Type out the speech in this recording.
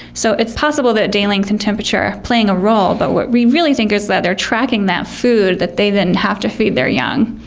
so it's possible that day length and temperature are playing a role, but what we really think is that they're tracking that food that they then have to feed their young.